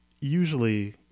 usually